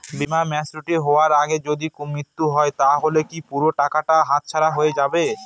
বীমা ম্যাচিওর হয়ার আগেই যদি মৃত্যু হয় তাহলে কি পুরো টাকাটা হাতছাড়া হয়ে যাবে?